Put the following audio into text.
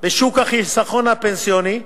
בשוק החיסכון הפנסיוני,